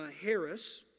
Harris